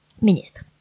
ministre